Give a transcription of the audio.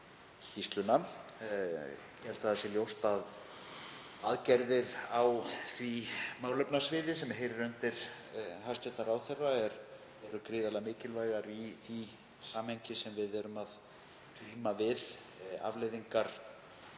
Ég held að það sé ljóst að aðgerðir á því málefnasviði sem heyrir undir hæstv. ráðherra eru gríðarlega mikilvægar í því samhengi sem við erum að glíma við, afleiðingar